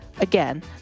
Again